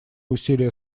усилия